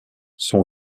son